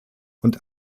und